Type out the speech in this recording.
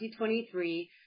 2023